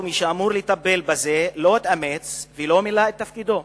או מי שאמור היה לטפל בזה לא התאמץ ולא מילא את תפקידו.